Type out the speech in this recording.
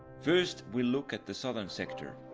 first we'll look at the southern sector.